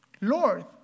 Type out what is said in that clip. Lord